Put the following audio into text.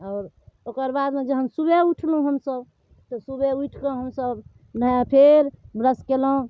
आओर ओकर बादमे हम जे सुबह उठलहुँ हमसभ तऽ सुबह उठिकऽ हमसभ फेर ब्रश कएलहुँ